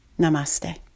Namaste